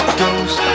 ghost